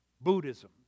Buddhism